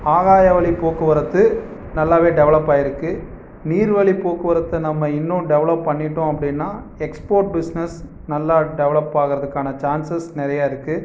ஆகாய வழி போக்குவரத்து நல்லாவே டெவலப் ஆகிருக்கு நீர் வழி போக்குவரத்தை நம்ம இன்னும் டெவலப் பண்ணிவிட்டோம் அப்படின்னா எக்ஸ்போர்ட் பிஸ்னஸ் நல்லா டெவலப் ஆகிறதுக்கான சான்சஸ் நிறையா இருக்குது